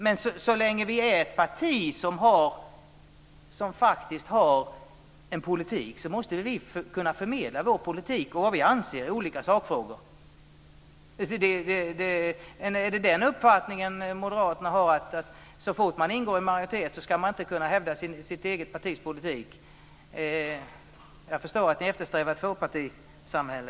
Men så länge vi är ett parti som har en politik måste vi kunna förmedla vår politik och vad vi anser i olika sakfrågor. Har Moderaterna uppfattningen att så fort man ingår i en majoritet ska man inte kunna hävda sitt eget partis politik? Jag förstår att ni eftersträvar ett tvåpartisamhälle.